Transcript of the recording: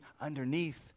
underneath